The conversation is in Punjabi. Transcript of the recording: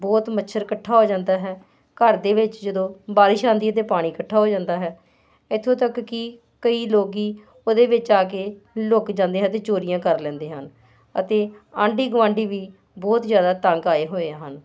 ਬਹੁਤ ਮੱਛਰ ਇਕੱਠਾ ਹੋ ਜਾਂਦਾ ਹੈ ਘਰ ਦੇ ਵਿੱਚ ਜਦੋਂ ਬਾਰਿਸ਼ ਆਉਂਦੀ ਤਾਂ ਪਾਣੀ ਇਕੱਠਾ ਹੋ ਜਾਂਦਾ ਹੈ ਇੱਥੋਂ ਤੱਕ ਕਿ ਕਈ ਲੋਕ ਉਹਦੇ ਵਿੱਚ ਆ ਕੇ ਲੁਕ ਜਾਂਦੇ ਆ ਅਤੇ ਚੋਰੀਆਂ ਕਰ ਲੈਂਦੇ ਹਨ ਅਤੇ ਆਂਢੀ ਗੁਆਂਢੀ ਵੀ ਬਹੁਤ ਜ਼ਿਆਦਾ ਤੰਗ ਆਏ ਹੋਏ ਹਨ